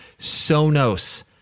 Sonos